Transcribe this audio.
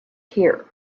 here